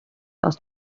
aus